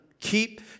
Keep